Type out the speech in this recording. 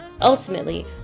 Ultimately